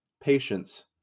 patience